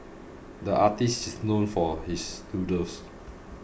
the artist is known for his doodles